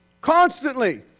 Constantly